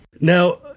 Now